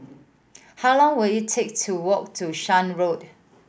how long will it take to walk to Shan Road